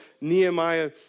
Nehemiah